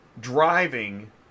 driving